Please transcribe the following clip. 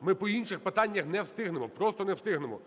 ми по інших питаннях не встигнемо, просто не встигнемо.